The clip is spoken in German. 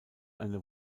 eine